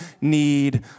need